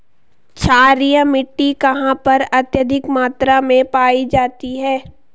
क्षारीय मिट्टी कहां पर अत्यधिक मात्रा में पाई जाती है?